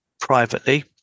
privately